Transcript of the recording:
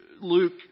Luke